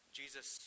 jesus